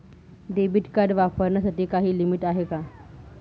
Debit card वापरण्यासाठी काही limit आहे का?